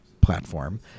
platform